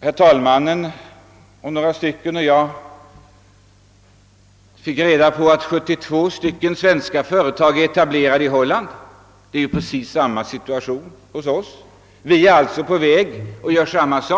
Herr talmannen och jag och ytterligare några personer fick reda på att 72 svenska företag är etablerade i Holland. 72 svenska företag i det lilla Holland! Vi är alltså på god väg att göra likadant! Vi